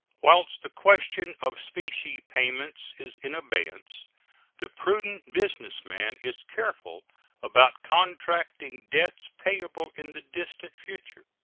whilst the question of specie payments is in abeyance the prudent business man is careful about contracting debts payable in the distant future.